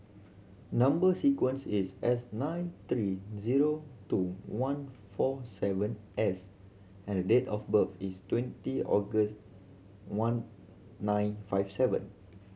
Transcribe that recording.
number sequence is S nine three zero two one four seven S and the date of birth is twenty August one nine five seven